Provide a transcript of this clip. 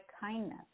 kindness